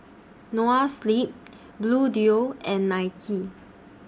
Noa Sleep Bluedio and Nike